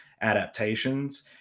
adaptations